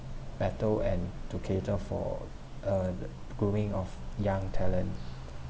better and to cater for uh the growing of young talent